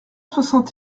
soixante